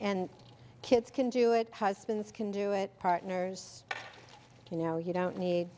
and kids can do it husbands can do it partners you know you don't need